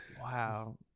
Wow